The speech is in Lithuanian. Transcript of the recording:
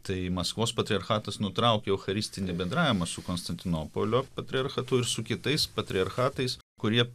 tai maskvos patriarchatas nutraukė eucharistinį bendravimą su konstantinopolio patriarchatu ir su kitais patriarchatais kurie